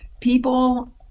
People